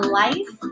life